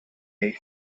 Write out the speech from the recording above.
may